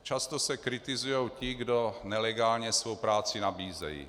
Často se kritizují ti, kdo nelegálně svou práci nabízejí.